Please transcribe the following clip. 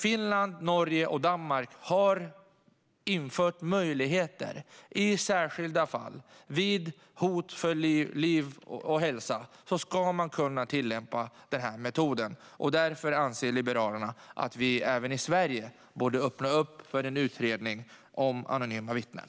Finland, Norge och Danmark har infört den möjligheten i särskilda fall. Vid hot mot liv och hälsa ska man kunna tillämpa den här metoden. Därför anser Liberalerna att vi även i Sverige borde öppna upp för en utredning om anonyma vittnen.